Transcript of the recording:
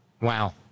Wow